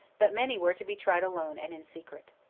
but many were to be tried alone and in secret.